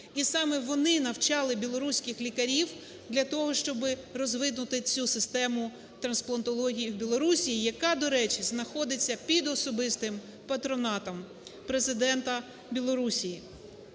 і саме вони навчали білоруських лікарів для того, щоби розвинути цю систему трансплантології в Білорусії, яка, до речі, знаходиться під особистим патронатом Президента Білорусії.